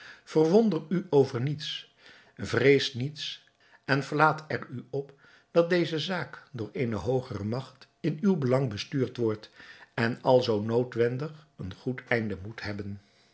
verwonder u over niets vreest niets en verlaat er u op dat deze zaak door eene hoogere magt in uw belang bestuurd wordt en alzoo noodwendig een goed einde moet hebben